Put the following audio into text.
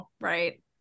right